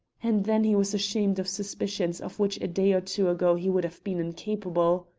and then he was ashamed of suspicions of which a day or two ago he would have been incapable.